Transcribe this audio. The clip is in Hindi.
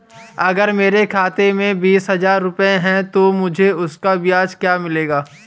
अगर मेरे खाते में बीस हज़ार रुपये हैं तो मुझे उसका ब्याज क्या मिलेगा?